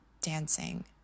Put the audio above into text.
dancing